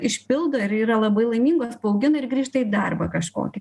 išpildo ir yra labai laimingos paaugina ir grįžta į darbą kažkokį